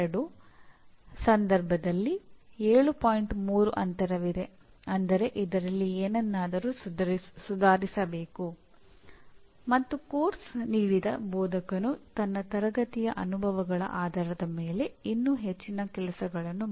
ಎಲ್ಲಾ ಅಧ್ಯಯನಗಳು ಹಲವಾರು ಪಠ್ಯಕ್ರಮಗಳನ್ನು ಹೊಂದಿರುತ್ತದೆ ಮತ್ತು ಪ್ರತಿ ಪಠ್ಯಕ್ರಮವನ್ನು ಪಠ್ಯಕ್ರಮದ ಪರಿಣಾಮಗಳ ಆಧಾರದ ಮೇಲೆ ವಿವರಿಸಲಾಗುತ್ತದೆ